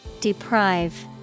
Deprive